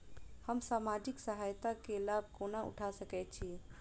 हम सामाजिक सहायता केँ लाभ कोना उठा सकै छी?